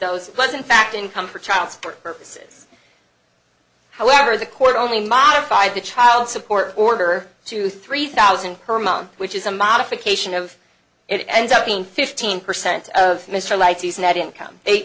those funds in fact income for child support purposes however the court only modified the child support order to three thousand per month which is a modification of it ends up being fifteen percent of mr like to use net income